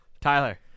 Tyler